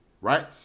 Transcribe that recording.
right